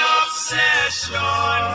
obsession